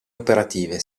operative